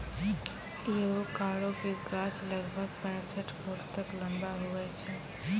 avocado के गाछ लगभग पैंसठ फुट तक लंबा हुवै छै